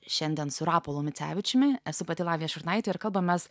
šiandien su rapolu micevičiumi esu pati lavija šurnaitė ir kalbamės